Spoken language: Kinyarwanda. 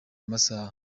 amasaha